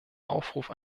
aufruf